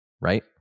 right